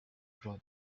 bros